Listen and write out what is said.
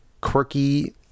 quirky